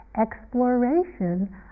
exploration